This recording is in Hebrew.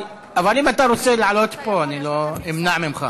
אבל אם אתה רוצה לעלות לפה, אני לא אמנע ממך.